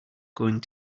going